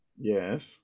Yes